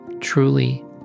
Truly